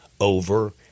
over